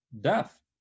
death